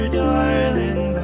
darling